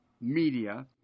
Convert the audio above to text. media